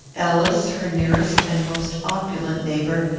ellis, her nearest and most opulent neighbour,